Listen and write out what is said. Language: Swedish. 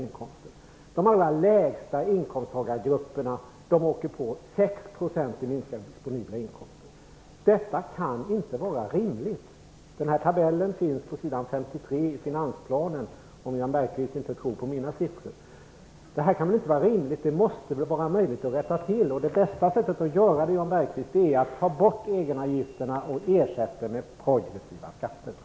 Grupperna med de allra lägsta inkomsterna åker på 6 % i minskade disponibla inkomster. Detta kan inte vara rimligt. Den här tabellen finns på s. 53 i finansplanen, om Jan Bergqvist inte tror på mina siffror. Det här kan inte vara rimligt. Det måste vara möjligt att rätta till. Det bästa sättet att göra det, Jan Bergqvist, är att ta bort egenavgifterna och ersätta dem med progressiva skatter.